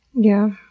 yeah.